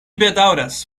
bedaŭras